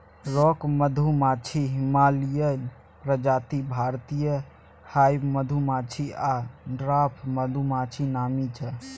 rock मधुमाछी, Himalayan प्रजाति, भारतीय हाइब मधुमाछी आ डवार्फ मधुमाछी नामी छै